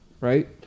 right